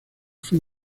fue